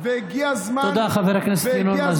הגיע הזמן, תודה, חבר הכנסת ינון אזולאי.